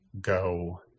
go